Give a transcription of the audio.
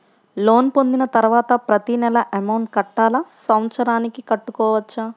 Loan పొందిన తరువాత ప్రతి నెల అమౌంట్ కట్టాలా? సంవత్సరానికి కట్టుకోవచ్చా?